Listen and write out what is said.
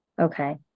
Okay